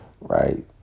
right